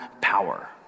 power